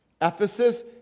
Ephesus